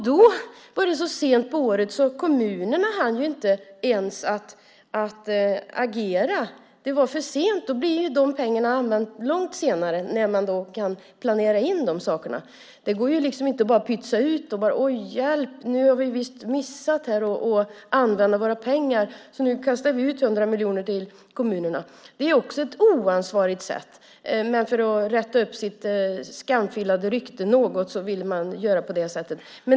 Då var det så sent på året att kommunerna inte hann agera. Det var för sent. Då används pengarna långt senare när det är möjligt att planera in de sakerna. Det går inte att bara pytsa ut pengarna och sedan säga: Hjälp, nu har vi visst missat pengarna, så nu kastar vi ut 100 miljoner till kommunerna. Det är också oansvarigt. För att rätta upp sitt något skamfilade rykte gjorde man på det sättet.